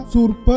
Surpa